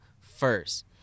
first